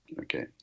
Okay